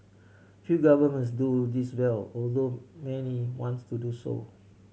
few governments do this well although many wants to do so